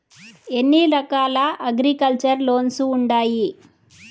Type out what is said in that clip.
ఎన్ని రకాల agriculture loans ఉండాయి